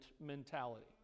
mentality